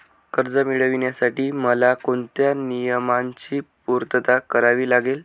कर्ज मिळविण्यासाठी मला कोणत्या नियमांची पूर्तता करावी लागेल?